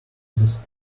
this